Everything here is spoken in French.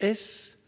Est-ce